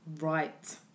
Right